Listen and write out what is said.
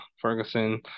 Ferguson